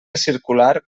circular